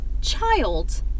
child